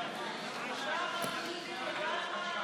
נא לעשות כמו שעושה חבר הכנסת אבידר, לשבת.